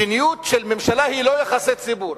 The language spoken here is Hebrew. מדיניות של ממשלה היא לא יחסי ציבור.